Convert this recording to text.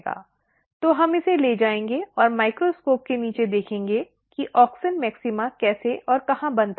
तो हम इसे ले जाएंगे और माइक्रोस्कोप के नीचे देखेंगे कि ऑक्सिन मैक्सिमा कैसे और कहां बनता है